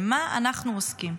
במה אנחנו עוסקים.